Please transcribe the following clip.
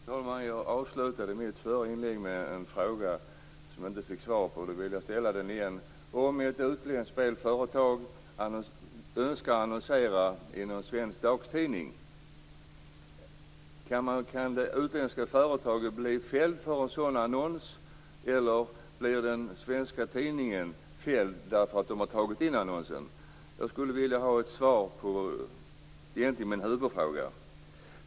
Fru talman! Jag avslutade mitt förra inlägg med en fråga som jag inte fick svar på. Nu vill jag fråga igen: Om ett utländskt spelföretag önskar annonsera i en svensk dagstidning, kan det utländska företaget då bli fällt för en sådan annons eller är det den svenska tidningen som blir fälld för att ha publicerat annonsen? Jag skulle vilja ha ett svar på denna min huvudfråga.